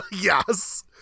Yes